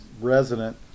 resident